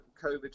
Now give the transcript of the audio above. COVID